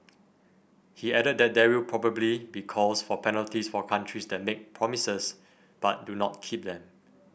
he added that there will probably be calls for penalties for countries that make promises but do not keep them